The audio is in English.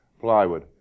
plywood